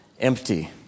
empty